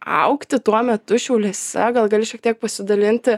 augti tuo metu šiauliuose gal gali šiek tiek pasidalinti